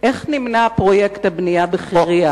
איך נמנע פרויקט הבנייה בחירייה?